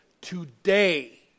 today